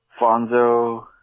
Fonzo